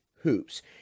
Hoops